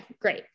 great